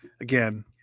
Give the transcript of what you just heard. again